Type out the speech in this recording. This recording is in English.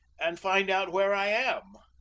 and find out where i am.